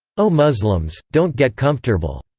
o muslims, don't get comfortable!